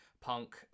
Punk